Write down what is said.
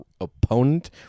opponent